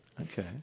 Okay